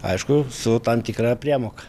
aišku su tam tikra priemoka